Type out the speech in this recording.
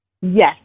Yes